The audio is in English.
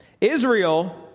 Israel